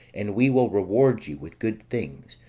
and we will reward you with good things,